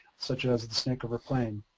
such as the snake river plain.